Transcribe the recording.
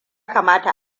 kamata